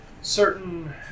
certain